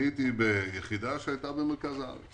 אני הייתי ביחידה שהיתה במרכז הארץ